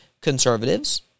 conservatives